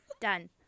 done